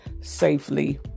safely